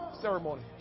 ceremony